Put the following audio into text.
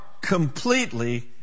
completely